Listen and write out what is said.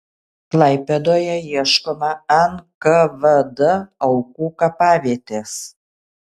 klaipėdoje ieškoma nkvd aukų kapavietės